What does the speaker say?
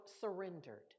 surrendered